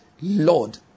Lord